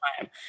time